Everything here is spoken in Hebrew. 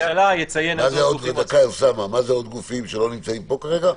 עוד גופים שלא נמצאים פה כרגע?